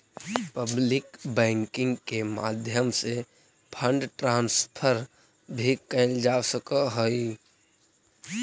public banking के माध्यम से फंड ट्रांसफर भी कैल जा सकऽ हइ